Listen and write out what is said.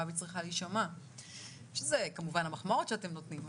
וצריכה להישמע שזה כמובן המחמאות שאתם נותנים,